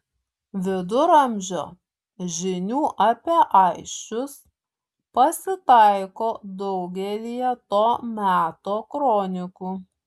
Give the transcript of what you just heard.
viduramžio žinių apie aisčius pasitaiko daugelyje to meto kronikų